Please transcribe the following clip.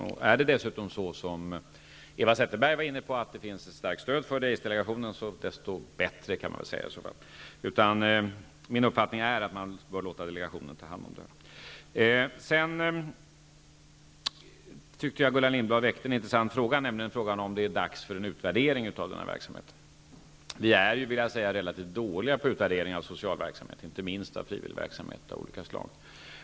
Om det är så, som Eva Zetterberg var inne på, att det finns ett starkt stöd för det i Aids-delegationen är det desto bättre. Min uppfattning är att man bör låta delegationen ta hand om frågan. Jag tycker att Gullan Lindblad väckte en intressant fråga -- frågan om det är dags för en utvärdering av den här verksamheten. Vi är relativt dåliga på utvärdering av social verksamhet, inte minst när det gäller frivillig verksamhet av olika slag.